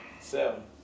Seven